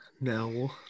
No